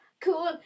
cool